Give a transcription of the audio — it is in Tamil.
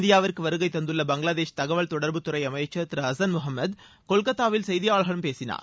இந்தியாவிற்கு வருகை தந்துள்ள பங்களாதேஷ் தகவல் தொடர்புத்துறை அமைச்சர் திரு அசன் முகமது கொல்கத்தாவில் செய்தியாளர்களிடம் பேசினார்